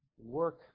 work